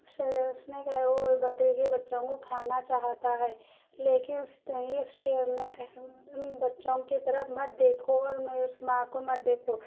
اس اس نے کہا کہ وہ بکری کے بچّوں کو کھانا چاہتا ہے لیکن اس شیر نے کہا ان بچّوں کی طرف مت دیکھو اور میری اس ماں کو مت دیکھو